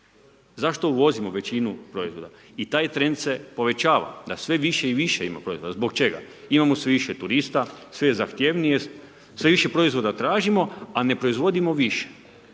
Zašto uvozimo većinu proizvoda? I taj trend se povećava, da sve više i više ima proizvoda, zbog čega, imamo sve više turista, sve zahtjevnije, sve više proizvoda tražimo, a ne proizvodimo više.